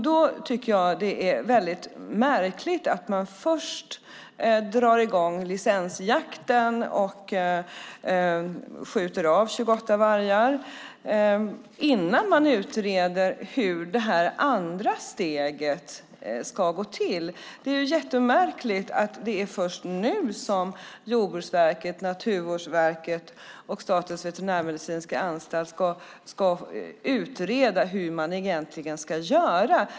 Då tycker jag att det är väldigt märkligt att man först drar i gång licensjakten och skjuter av 28 vargar innan man utreder hur det andra steget ska gå till. Det är jättemärkligt att det är först nu som Jordbruksverket, Naturvårdsverket och Statens veterinärmedicinska anstalt ska utreda hur man egentligen ska göra.